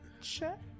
check